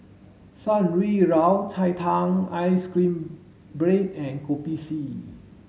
Shan Rui Yao Cai Tang ice cream bread and Kopi C